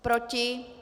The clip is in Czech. Proti?